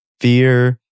Fear